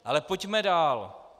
Ale pojďme dál.